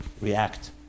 react